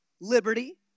liberty